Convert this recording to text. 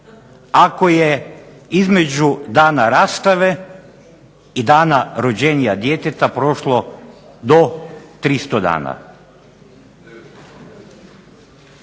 ako je između dana rastave i dana rođenja djeteta prošlo do 300 dana.